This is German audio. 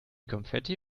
konfetti